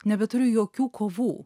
nebeturiu jokių kovų